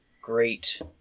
Great